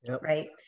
right